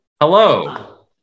Hello